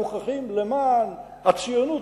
מוכרחים למען הציונות,